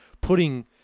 putting